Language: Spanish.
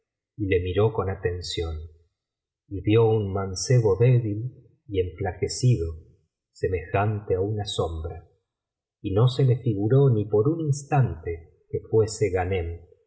le miró con atención y vio un mancebo débil y enflaquecido semejante á una sombra y no se le figuró ni por un instante que fuese ghanem